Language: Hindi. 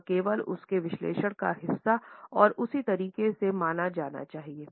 यह केवल उसके विश्लेषण का हिस्सा और उसी तरीके से माना जाना चाहिए